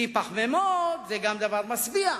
כי פחמימות זה גם דבר משביע.